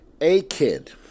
A-Kid